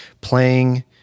Playing